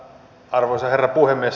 arvoisa herra puhemies